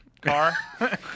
car